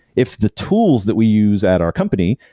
if the tools that we use at our company,